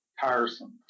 tiresome